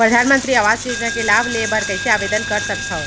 परधानमंतरी आवास योजना के लाभ ले बर कइसे आवेदन कर सकथव?